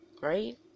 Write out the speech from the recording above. right